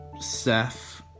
Seth